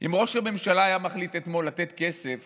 אם ראש הממשלה היה מחליט אתמול לתת כסף